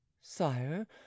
Sire